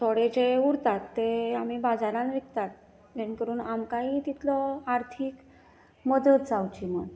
थोडे जे उरतात तें आमी बाजारांत विकतात जाणे करून आमकांय तितलो आर्थीक मदत जावची म्हण